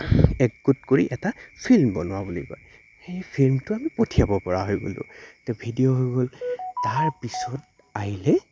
একগোট কৰি এটা ফিল্ম বনোৱা বুলি কয় সেই ফিল্মটো আমি পঠিয়াব পৰা হৈ গ'লোঁ ত' ভিডিঅ' হৈ গ'ল তাৰপিছত আহিলে